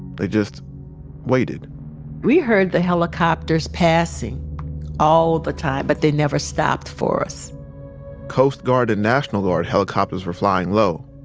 they just waited we heard the helicopters passing all the time, but they never stopped for us coast guard and national guard helicopters were flying low,